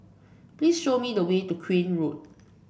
please show me the way to Crane Road